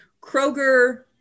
Kroger